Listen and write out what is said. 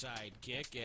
Sidekick